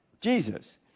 Jesus